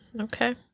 Okay